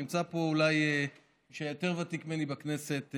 נמצא פה אולי מי שיותר ותיק ממני בכנסת,